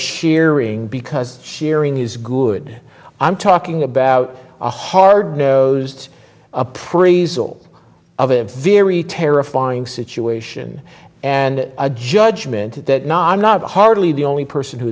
shearing because sharing is good i'm talking about a hard nosed appraisal of a very terrifying situation and a judgment that not hardly the only person who